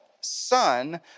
son